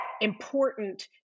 important